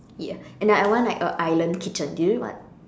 ya and I want like a island kitchen do you know what